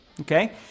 okay